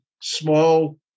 small